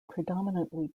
predominantly